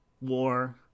war